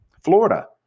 Florida